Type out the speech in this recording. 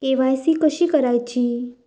KYC कशी करायची?